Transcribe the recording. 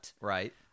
Right